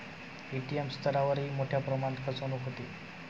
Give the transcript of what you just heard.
ATM स्तरावरही मोठ्या प्रमाणात फसवणूक होते